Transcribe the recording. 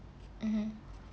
mmhmm